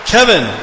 Kevin